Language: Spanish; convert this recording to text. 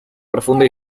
profunda